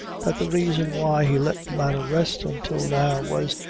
that the reason why he let the matter rest until now was,